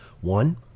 one